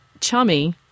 chummy